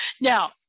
Now